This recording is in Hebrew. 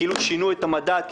כאילו שינו את המדד,